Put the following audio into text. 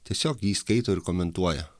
tiesiog jį skaito ir komentuoja